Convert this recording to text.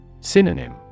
Synonym